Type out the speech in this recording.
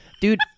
dude